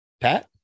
Pat